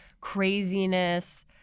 craziness